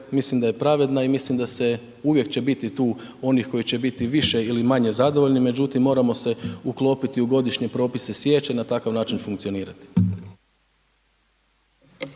mislim da je pravedna i mislim da se, uvijek će biti tu onih koji će biti više ili manje zadovoljni, međutim moramo se uklopiti u godišnje propise sječe i na takav način funkcionirati.